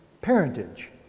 parentage